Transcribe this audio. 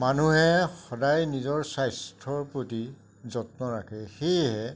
মানুহে সদায় নিজৰ স্বাস্থ্যৰ প্ৰতি যত্ন ৰাখে সেয়েহে